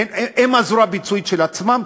הן הזרוע הביצועית של עצמן,